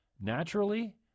naturally